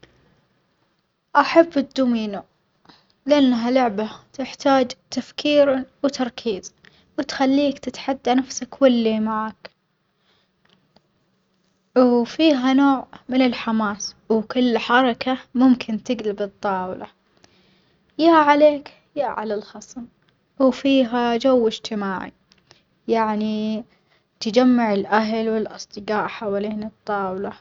أحب الدومينو لأنها لعبة تحتاج تفكير وتركيز وتخليك تتحدى نفسك واللي معاك، وفيها نوع من الحماس وكل حركة ممكن تجلب الطاولة، يا عليك يا على الخسران، وفيها جو إجتماعي يعني تجمع الأهل والأصدجاء حولين الطاولة.